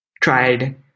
tried